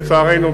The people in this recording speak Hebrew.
לצערנו,